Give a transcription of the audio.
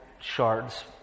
shards